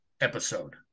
episode